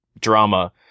drama